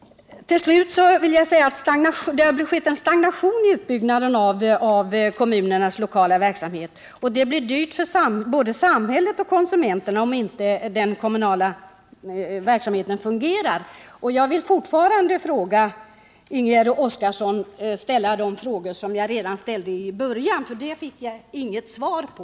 Till slut vill jag säga att det har skett en stagnation i utbyggnaden av kommunernas lokala verksamhet och att det blir dyrt för både samhället och konsumenterna om inte den kommunala verksamheten fungerar. Jag vill fortfarande till Ingegärd Oskarsson ställa de frågor som jag ställde redan i början men inte fick svar på.